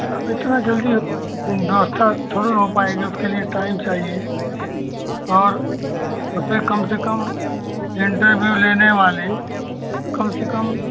अब इतनी जल्दी व्यवस्था थोड़ी हो पाएगी उसके लिए टाइम चाहिए और उसमें कम से कम इन्टरव्यू लेने वाले कम से कम